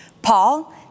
Paul